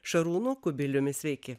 šarūnu kubiliumi sveiki